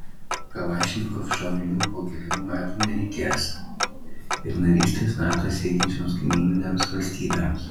kalašnikov šovinių po kelerių metų nereikės ir narystės nato siekiančioms kaimyninėms valstybėms